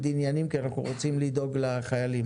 עניינים כי אנחנו רוצים לדאוג לחיילים.